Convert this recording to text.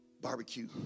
barbecue